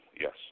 yes